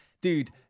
Dude